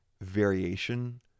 variation